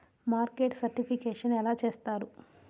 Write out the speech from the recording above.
Market certification ఎలా చేస్తారు?